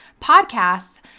podcasts